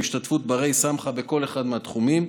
בהשתתפות בני-סמכא בכל אחד מהתחומים.